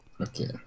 Okay